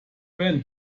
went